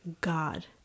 God